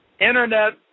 internet